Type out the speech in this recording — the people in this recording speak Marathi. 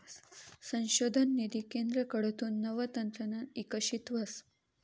संशोधन निधी केंद्रकडथून नवं तंत्रज्ञान इकशीत व्हस